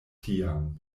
tiam